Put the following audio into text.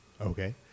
Okay